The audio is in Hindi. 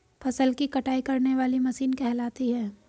फसल की कटाई करने वाली मशीन कहलाती है?